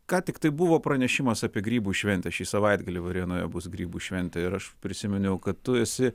ką tiktai buvo pranešimas apie grybų šventę šį savaitgalį varėnoje bus grybų šventė ir aš prisiminiau kad tu esi